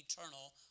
eternal